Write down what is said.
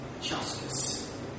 justice